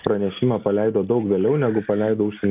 pranešimą paleido daug vėliau negu paleido užsienio